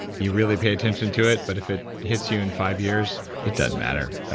you really pay attention to it, but if it hits you in five years, it doesn't matter,